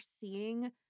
seeing